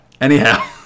Anyhow